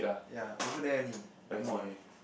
ya over there only the mall